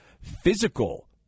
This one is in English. physical